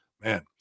Man